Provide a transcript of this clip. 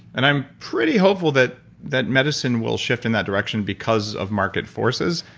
and i'm pretty hopeful that that medicine will shift in that direction because of market forces.